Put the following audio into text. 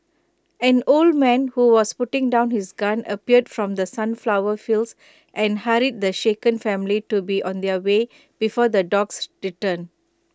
an old man who was putting down his gun appeared from the sunflower fields and hurried the shaken family to be on their way before the dogs return